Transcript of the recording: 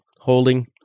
holding